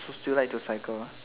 so still like to cycle